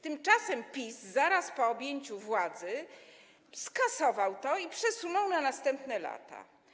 Tymczasem PiS zaraz po objęciu władzy skasował to i przesunął na następne lata.